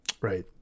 Right